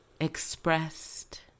expressed